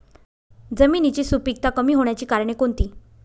जमिनीची सुपिकता कमी होण्याची कारणे कोणती?